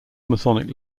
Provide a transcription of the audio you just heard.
masonic